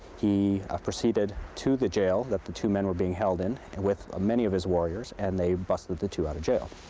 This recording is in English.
he ah proceeded to the jail that the two men were being held in and with many of his warriors and they busted the two out of jail.